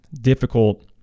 difficult